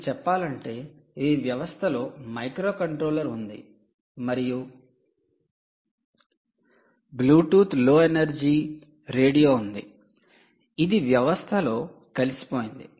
మీకు చెప్పాలంటే ఈ వ్యవస్థలో మైక్రోకంట్రోలర్ ఉంది మరియు బ్లూటూత్ లో ఎనర్జీ రేడియో ఉంది ఇది వ్యవస్థలో కలిసిపోయింది